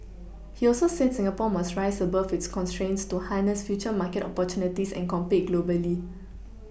he also said Singapore must rise above its constraints to harness future market opportunities and compete globally